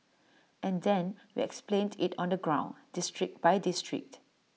and then we explained IT on the ground district by district